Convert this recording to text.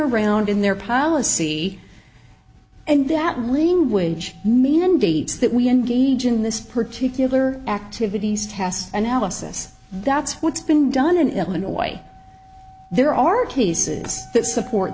around in their policy and that language mandates that we engage in this particular activity analysis that's what's been done in illinois there are cases that support